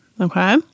Okay